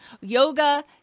Yoga